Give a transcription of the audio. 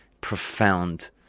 profound